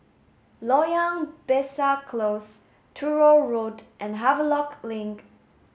Loyang Besar Close Truro Road and Havelock Link